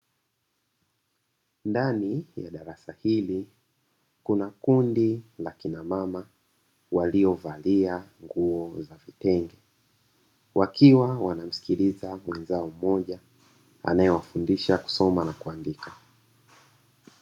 Ndani ya darasa hili kuna kundi la kina mama; waliovalia nguo za vitenge, wakiwa wanamsikiliza mwenzao mmoja, anayewafundisha kusoma na kuandika.